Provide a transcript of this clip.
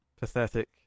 pathetic